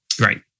Right